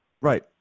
right